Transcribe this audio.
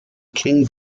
king